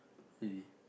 really